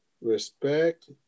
Respect